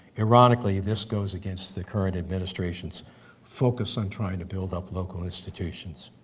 ironically, this goes against the current administrations focus on trying to build up local institutions.